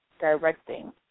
directing